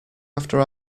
after